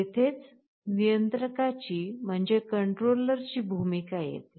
येथेच नियंत्रकाची भूमिका येते